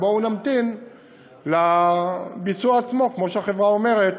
בואו נמתין לביצוע עצמו, כמו שהחברה אומרת,